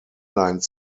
line